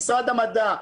למשרד המדע,